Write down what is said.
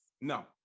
No